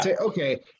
Okay